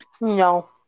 No